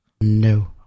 No